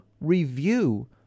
review